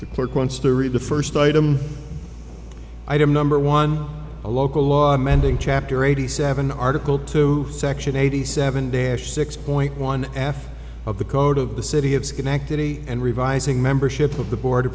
read the first item item number one a local law amending chapter eighty seven article two section eighty seven dash six point one aft of the code of the city of schenectady and revising membership of the board